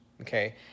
okay